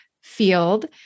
field